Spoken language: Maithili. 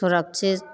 सुरक्षित